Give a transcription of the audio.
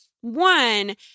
One